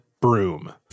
broom